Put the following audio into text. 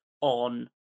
on